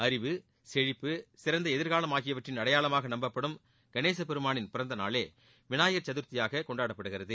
அறிவு செழிப்பு சிறந்த எதிர்காலம் ஆகியவற்றின் அடையாளமாக நம்பப்படும் கணேச பெருமாளின் பிறந்தநாளே விநாயகர் சதர்த்தியாக கொண்டாடப்படுகிறது